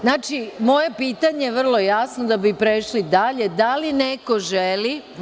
Znači, moje pitanje je vrlo jasno, da bi prešli dalje, da li neko želi?